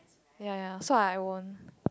ya ya so I won't